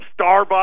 Starbucks